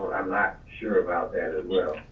i'm not sure about that as well.